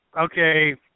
okay